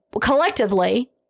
collectively